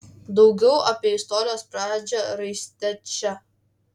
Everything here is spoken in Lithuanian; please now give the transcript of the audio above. daugiau apie istorijos pradžią raiste čia